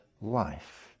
life